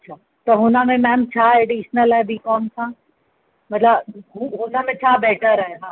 अच्छा त हुनमें मेम छा एडीशनल आहे बी कॉम सां मतिलब हू हुनमें छा बेटर आहे हा